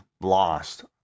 lost